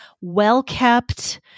well-kept